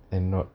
and not